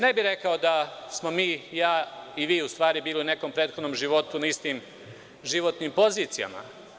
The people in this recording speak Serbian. Ne bih rekao da smo mi, ja i vi u stvari bili u nekom prethodnom životu na istim životnim pozicijama.